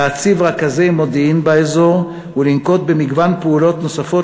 להציב רכזי מודיעין באזור ולנקוט מגוון פעולות נוספות